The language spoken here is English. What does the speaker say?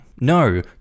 No